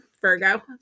Virgo